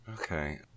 okay